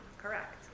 Correct